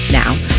now